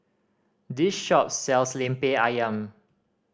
this shop sells Lemper Ayam